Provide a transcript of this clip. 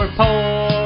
poor